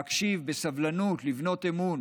להקשיב בסבלנות, לבנות אמון,